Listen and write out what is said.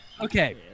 Okay